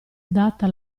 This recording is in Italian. data